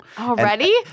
Already